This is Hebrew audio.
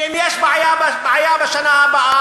ואם יש לה בעיה בשנה הבאה,